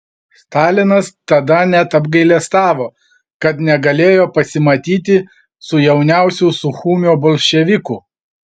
stalinas tada net apgailestavo kad negalėjo pasimatyti su jauniausiu suchumio bolševiku